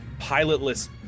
pilotless